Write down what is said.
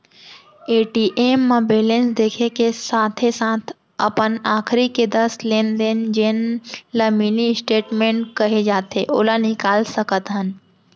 ATM म balance देखे के साथे साथ अपन आखरी के दस लेन देन जेन ल मिनी स्टेटमेंट कहे जाथे ओला निकाल सकत हन